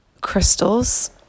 crystals